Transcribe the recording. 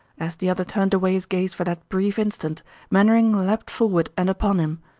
as the other turned away his gaze for that brief instant mainwaring leaped forward and upon him.